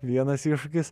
vienas iššūkis